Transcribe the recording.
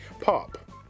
pop